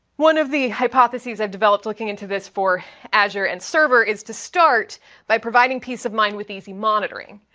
one of the hypotheses i've developed looking into this for azure and server is to start by providing peace of mind with easy monitoring.